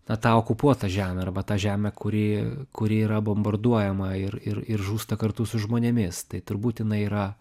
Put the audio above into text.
na tą okupuotą žemę arba tą žemę kuri kuri yra bombarduojama ir ir ir žūsta kartu su žmonėmis tai turbūt jinai yra